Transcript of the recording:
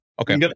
Okay